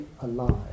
alive